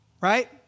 right